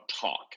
talk